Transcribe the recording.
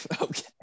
Okay